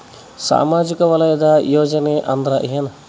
ಸಾಮಾಜಿಕ ವಲಯದ ಯೋಜನೆ ಅಂದ್ರ ಏನ?